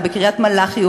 או בקריית-מלאכי,